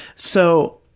so,